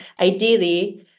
ideally